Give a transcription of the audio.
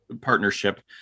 partnership